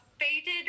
faded